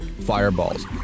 fireballs